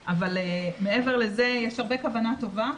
אבל מעבר לזה יש כוונה טובה,